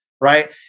Right